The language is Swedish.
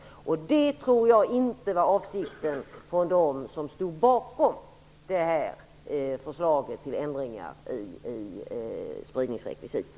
Det tror jag inte var avsikten bland dem som stod bakom förslaget om ändringar i spridningsrekvisitet.